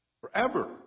forever